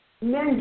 men